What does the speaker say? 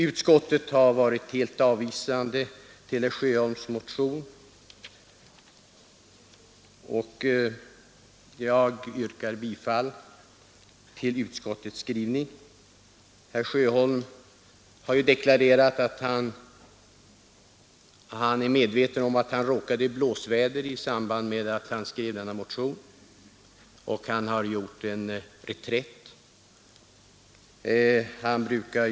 Utskottet har ställt sig helt avvisande till herr Sjöholms motion, och jag yrkar bifall till utskottets hemställan. Herr Sjöholm har deklarerat att han är medveten om att han med anledning av sin motion råkade i blåsväder. Och han har också gjort en viss reträtt i frågan.